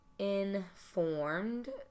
informed